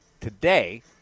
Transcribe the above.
today